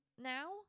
now